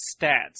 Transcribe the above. stats